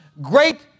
great